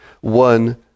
one